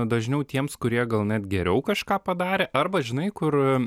dažniau tiems kurie gal net geriau kažką padarė arba žinai kur